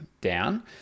down